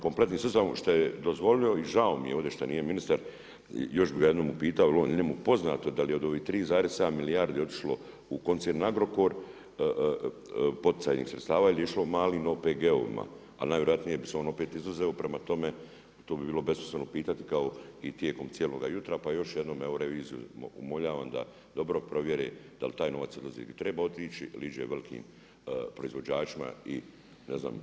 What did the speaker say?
Kompletnim sustavom što je dozvolio i žao mi je ovdje što nije ministar još bi ga jednom upitao je li njemu poznato da li od ovih 3,7 milijardi otišlo u koncern Agrokor, poticajnih sredstava ili je išlo malim OPG-ovima, ali najvjerojatnije bi se on opet izuzeo, prema tome to bi bilo besmisleno pitati kao i tijekom cijeloga jutra, pa još jednom evo reviziju umoljavam da dobro provjere da li taj novac odlazi gdje treba otići ili ide velikim proizvođačima i ne znam kome sve.